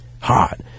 hot